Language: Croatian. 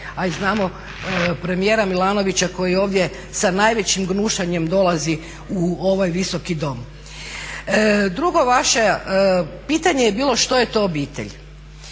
a i znamo premijera Milanovića koji ovdje sa najvećim gnušanjem dolazi u ovaj Visoki dom. Drugo vaše pitanje je bilo što je to obitelj.